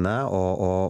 na o o